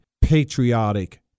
patriotic